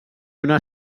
una